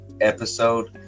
episode